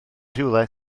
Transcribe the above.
rhywle